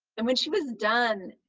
and when she was done,